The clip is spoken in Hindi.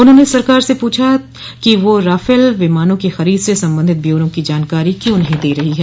उन्होंने सरकार से पूछा कि वह राफल विमानों की खरीद से संबंधित ब्यौरों की जानकारी क्यों नहीं दे रही है